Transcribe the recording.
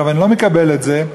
אני לא מקבל את זה,